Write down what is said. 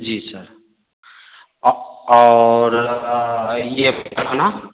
जी sir औ और ये बनाना